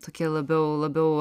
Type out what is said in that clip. tokie labiau labiau